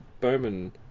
bowman